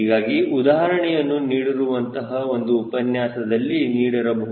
ಹೀಗಾಗಿಉದಾಹರಣೆಯನ್ನು ನೀಡಿರುವಂತಹ ಒಂದು ಉಪನ್ಯಾಸದಲ್ಲಿ ನೀಡಿರಬಹುದು